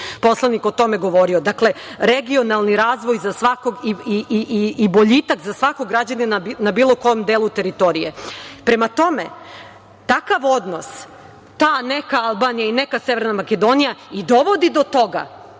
poslanik o tome govorio. Dakle regionalni razvoj za svakog i boljitak za svakog građanina na bilo kom delu teritorije. Prema tome, takav odnos, ta neka Albanija i neka Severna Makedonija i dovodi do toga